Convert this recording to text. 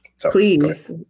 Please